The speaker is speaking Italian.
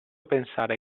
pensare